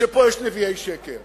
שפה יש נביאי שקר